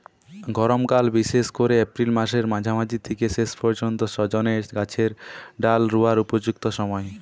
গরমকাল বিশেষ কোরে এপ্রিল মাসের মাঝামাঝি থিকে শেষ পর্যন্ত সজনে গাছের ডাল রুয়ার উপযুক্ত সময়